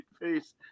face